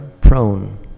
prone